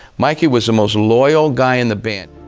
mikey was the most loyal guy in the band.